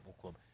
club